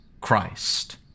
Christ